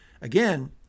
Again